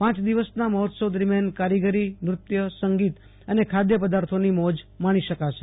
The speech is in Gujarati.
પાંચ દિવસનાં મેઠીત્સેવ દરમિયાન કારીગરીનુત્યેસંગીત અને ખાદ્ય પ્રદાથીની મ્રોજ માણી શકાશે